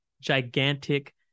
gigantic